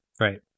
Right